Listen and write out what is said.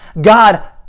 God